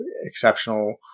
exceptional